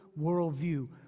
worldview